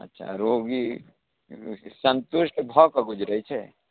अच्छा रोगी सन्तुष्ट भऽ कऽ गुजरइ छै